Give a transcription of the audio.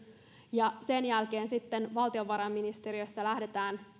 ja sen jälkeen sitten valtiovarainministeriössä lähdetään